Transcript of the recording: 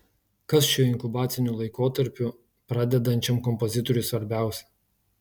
kas šiuo inkubaciniu laikotarpiu pradedančiam kompozitoriui svarbiausia